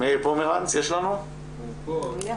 התקציביים שעלו היום באמת כפי שנאמר על ידי